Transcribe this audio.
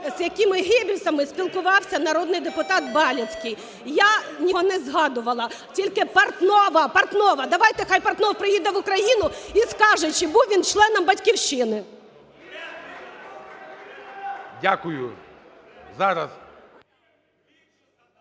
з якими геббельсами спілкувався народний депутат Балицький. Я нікого не згадувала, тільки Портнова, Портнова. Давайте, хай Портнов приїде в Україну і скаже, чи був він членом "Батьківщини". ГОЛОВУЮЧИЙ.